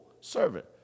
servant